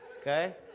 okay